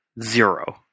zero